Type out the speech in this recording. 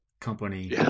company